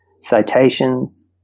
citations